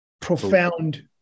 profound